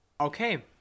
okay